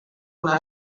una